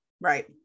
Right